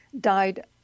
died